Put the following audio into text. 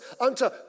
unto